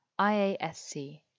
IASC